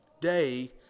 day